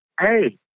hey